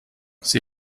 sie